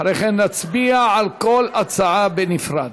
אחרי כן נצביע על כל הצעה בנפרד.